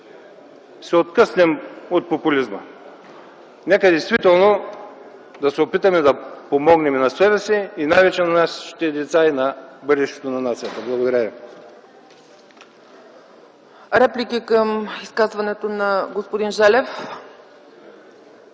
се откъснем от популизма, нека действително да се опитаме да помогнем и на себе си, и най-вече на нашите деца и на бъдещето на нацията. Благодаря